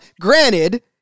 granted